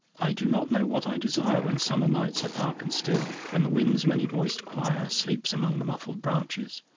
i do not know what i desire when summer nights are dark and still, when the wind's many-voiced quire sleeps among the muffled branches.